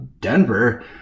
Denver